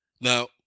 Now